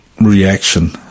reaction